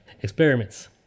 Experiments